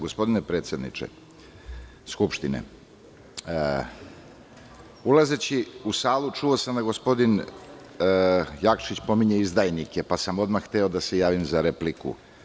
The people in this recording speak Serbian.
Gospodine predsedniče Skupštine, ulazeći u salu, čuo sam da gospodin Jakšić pominje izdajnike, pa sam odmah hteo da se javim za repliku.